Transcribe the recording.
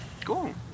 Cool